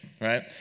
right